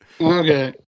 okay